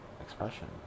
expression